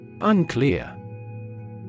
Unclear